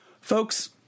Folks